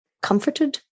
comforted